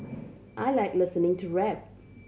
I like listening to rap